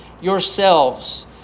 yourselves